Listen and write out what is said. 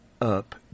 up